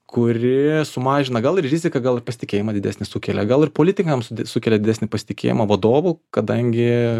kuri sumažina gal ir riziką gal ir pasitikėjimą didesnį sukelia gal ir politikams sukelia didesnį pasitikėjimą vadovu kadangi